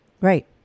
right